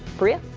priya